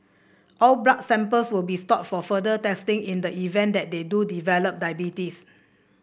all blood samples will be stored for further testing in the event that they do develop diabetes